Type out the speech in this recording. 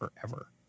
forever